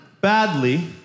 badly